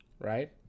right